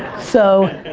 so,